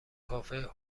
کافه